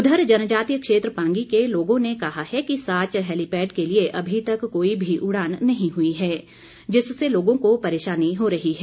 उधर जनजातीय क्षेत्र पांगी के लोगों ने कहा है कि साच हैलीपैड के लिए अभी तक कोई भी उड़ान नही हुई है जिससे लोगों को परेशानी हो रही है